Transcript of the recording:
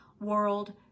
world